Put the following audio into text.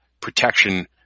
protection